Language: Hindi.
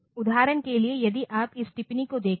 उदाहरण के लिए यदि आप इस टिप्पणी को देखते हैं